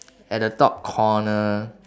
at the top corner